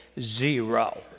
zero